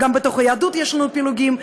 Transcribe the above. גם בתוך היהדות יש לנו פילוגים,